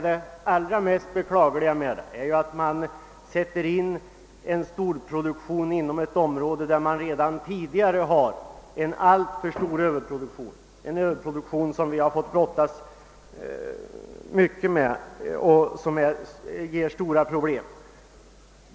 Det mest beklagliga med ett sådant företag är att man sätter in storproduktion i ett område där det redan råder stark överproduktion som medför stora problem.